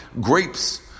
grapes